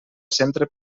centre